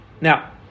Now